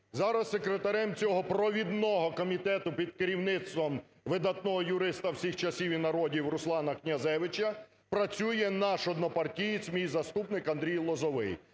Зараз секретарем цього провідного комітету під керівництвом видатного юриста всіх часів і народів Руслана Князевича працює наш однопартієць мій заступник Андрій Лозовий.